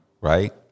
right